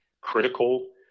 critical